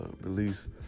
release